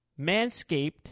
manscaped